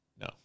No